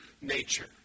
nature